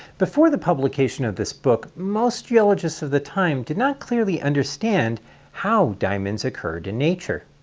before the publication of this book most geologists of the time did not clearly understand how diamonds occur in nature.